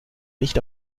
nicht